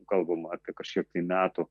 kalbama apie kažkiek tai metų